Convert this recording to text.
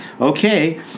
okay